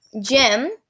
Jim